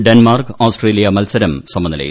Denmark Australia മത്സരം സമനിലയിൽ